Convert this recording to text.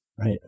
right